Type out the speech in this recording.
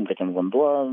kad ten vanduo